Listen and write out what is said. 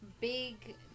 big